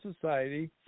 Society